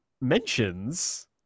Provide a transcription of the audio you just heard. mentions